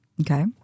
okay